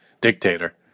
dictator